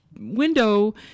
window